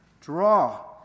Draw